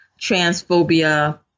transphobia